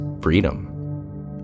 freedom